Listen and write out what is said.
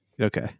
Okay